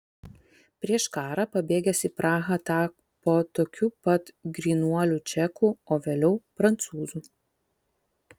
prieš karą pabėgęs į prahą tapo tokiu pat grynuoliu čeku o vėliau prancūzu